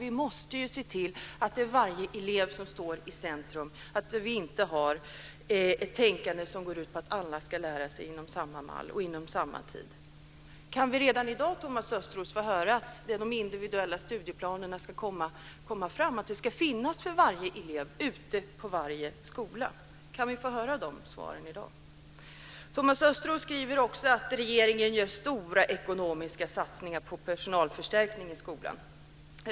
Vi måste se till att varje elev står i centrum i stället för att alla ska lära sig inom samma mall och på samma tid. Kan vi redan i dag, Thomas Östros, få höra att vi ska ta fram individuella studieplaner för varje elev på varje skola? Kan vi få de svaren i dag? Thomas Östros skriver också att regeringen gör stora ekonomiska satsningar på personalförstärkning i skolan.